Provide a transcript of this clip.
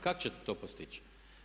Kako ćete to postići?